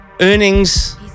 earnings